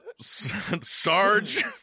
Sarge